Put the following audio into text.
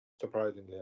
Surprisingly